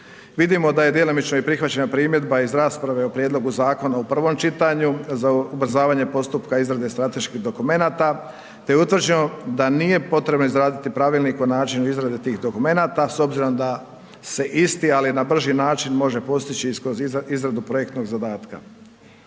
vidimo da je djelomično i prihvaćena primjedba iz rasprave o prijedlogu zakona u prvom čitanju, za ubrzavanje postupka izrade strateških dokumenata te je utvrđeno da nije potrebno izraditi Pravilnik o načinu izrade tih dokumenata s obzirom da se isti, ali na brži način može postići i kroz izradu projektnog zadatka.